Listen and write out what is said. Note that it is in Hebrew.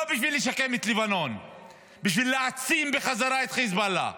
לא בשביל לשקם את לבנון אלא בשביל להעצים בחזרה את חיזבאללה,